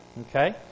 Okay